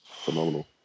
phenomenal